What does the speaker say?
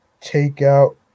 takeout